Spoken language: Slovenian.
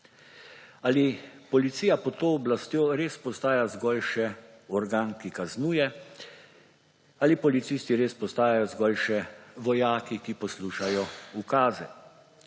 Ali policija pod to oblastjo res postaja zgolj še organ, ki kaznuje? Ali policisti res postajajo zgolj še vojaki, ki poslušajo ukaze?